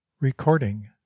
Recording